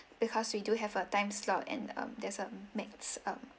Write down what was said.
because we do have a time slot and um there's a max um